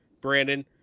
Brandon